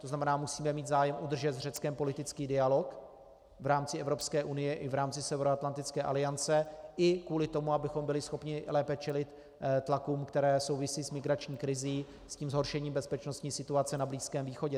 To znamená, musíme mít zájem udržet s Řeckem politický dialog v rámci Evropské unie i v rámci Severoatlantické aliance i kvůli tomu, abychom byli schopni lépe čelit tlakům, které souvisí s migrační krizí, se zhoršením bezpečnostní situace na Blízkém východě.